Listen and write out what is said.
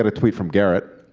and tweet from garrett,